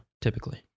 typically